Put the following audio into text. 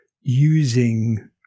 using